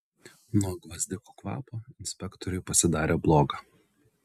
nuo gvazdikų kvapo inspektoriui pasidarė bloga